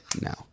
No